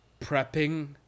prepping